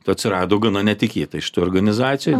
atsirado gana netikėtaišitoj organizacijoj